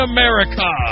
America